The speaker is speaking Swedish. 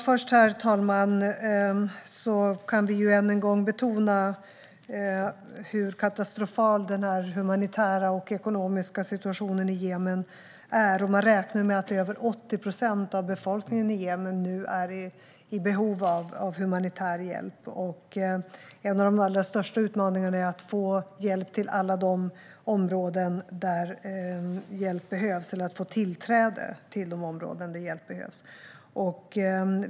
Herr talman! Låt oss än en gång betona hur katastrofal den humanitära och ekonomiska situationen i Jemen är. Man räknar med att över 80 procent av befolkningen i Jemen är i behov av humanitär hjälp. En av de allra största utmaningarna är att få tillträde till alla de områden där hjälp behövs.